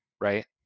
right